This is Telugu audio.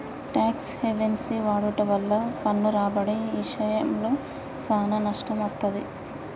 టాక్స్ హెవెన్సి వాడుట వల్ల పన్ను రాబడి ఇశయంలో సానా నష్టం వత్తది